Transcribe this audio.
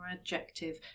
adjective